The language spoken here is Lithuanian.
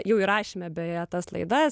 jau įrašėme beje tas laidas